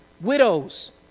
Widows